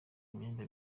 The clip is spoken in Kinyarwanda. imyenda